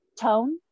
tone